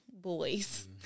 boys